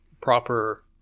proper